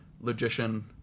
logician